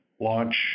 launch